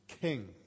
king